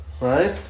Right